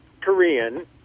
Korean